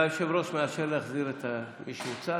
היושב-ראש מאשר להחזיר את מי שהוצא,